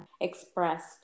expressed